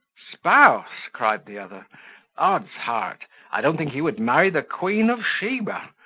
spouse! cried the other odds-heart! i don't think he would marry the queen of sheba.